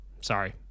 Sorry